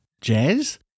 jazz